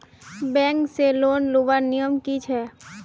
Bank से loan लुबार नियम की छे?